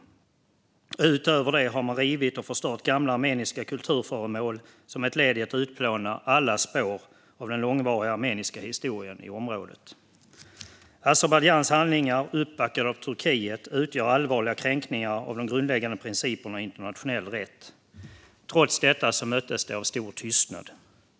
Utöver det har man rivit och förstört gamla armeniska kulturföremål som ett led i att utplåna alla spår av den långvariga armeniska historien i området. Azerbajdzjans handlingar, uppbackade av Turkiet, utgör allvarliga kränkningar av de grundläggande principerna i internationell rätt. Trots det möttes de av stor tystnad.